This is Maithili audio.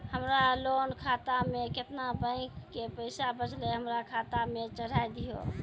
हमरा लोन खाता मे केतना बैंक के पैसा बचलै हमरा खाता मे चढ़ाय दिहो?